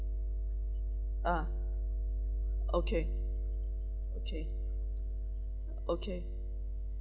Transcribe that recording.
ah okay okay okay